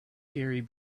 gary